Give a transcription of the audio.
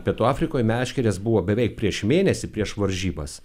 pietų afrikoj meškerės buvo beveik prieš mėnesį prieš varžybas